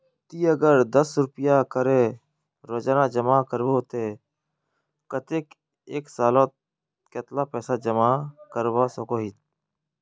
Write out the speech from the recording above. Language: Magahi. ती अगर दस रुपया करे रोजाना जमा करबो ते कतेक एक सालोत कतेला पैसा जमा करवा सकोहिस?